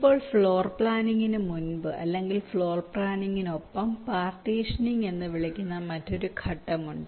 ഇപ്പോൾ ഫ്ലോർ പ്ലാനിംഗിന് മുമ്പ് അല്ലെങ്കിൽ ഫ്ലോർ പ്ലാനിംഗിനൊപ്പം പാർട്ടീഷനിംഗ് എന്ന് വിളിക്കുന്ന മറ്റൊരു ഘട്ടമുണ്ട്